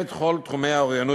בכל תחומי האוריינות,